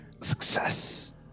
Success